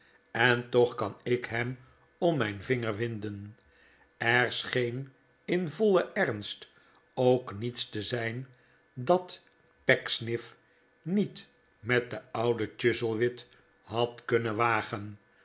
en toch kan ik hem om mijn vinger winden er scheen in vollen ernst ook niets te zijn dat pecksniff niet met den ouden chuzzlewit had kunnen wagen